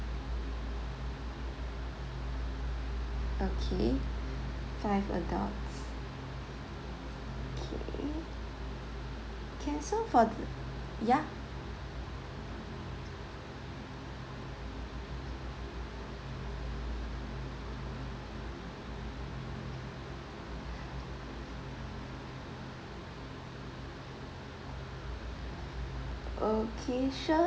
okay five adults okay can so for th~ yeah okay sure